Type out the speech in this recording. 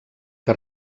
que